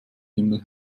himmel